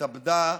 התאבדה